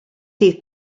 ddydd